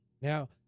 Now